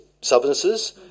substances